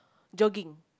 jogging